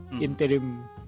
interim